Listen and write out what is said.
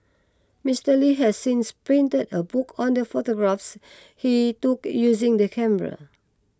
Mister Li has since printed a book on the photographs he took using the camera